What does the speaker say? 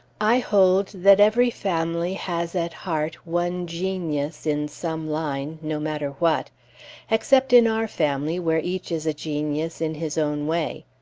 i hold that every family has at heart one genius, in some line, no matter what except in our family, where each is a genius, in his own way.